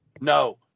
No